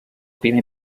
primer